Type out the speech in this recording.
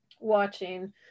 watching